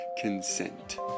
consent